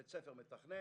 בית הספר מתכנן,